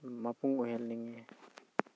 ꯃꯄꯨꯡ ꯑꯣꯏꯍꯟꯅꯤꯡꯏ